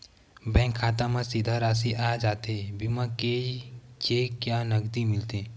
Bank खाता मा सीधा राशि आ जाथे बीमा के कि चेक या नकदी मिलथे?